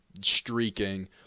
streaking